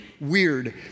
weird